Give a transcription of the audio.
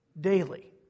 daily